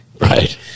Right